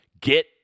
get